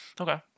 Okay